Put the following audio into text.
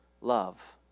love